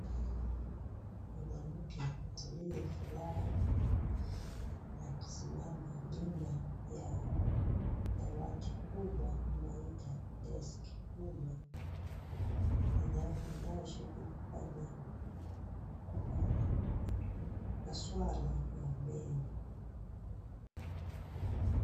Mwanamke aliyefurahi akisimama nyuma ya dawati kubwa wanayoitwa desk kubwa, inayoshughulika na maswala ya meno.